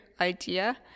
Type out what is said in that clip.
idea